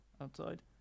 outside